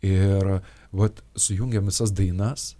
ir vat sujungėm visas dainas